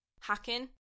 Hacking